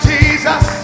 Jesus